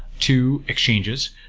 two exchanges.